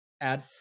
add